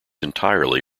entirely